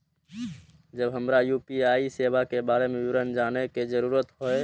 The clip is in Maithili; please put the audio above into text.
जब हमरा यू.पी.आई सेवा के बारे में विवरण जानय के जरुरत होय?